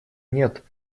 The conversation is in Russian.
нет